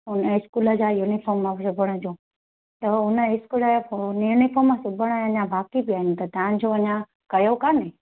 हुनजे स्कूल जा यूनिफॉर्म आ सिबण जो त हुन स्कूल जा यूनिफॉर्म सिबण अञा बाक़ी पिया आहिनि त तव्हांजो अञा कयो कोन्हे